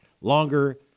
longer